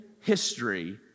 history